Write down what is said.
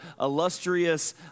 illustrious